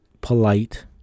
polite